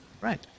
Right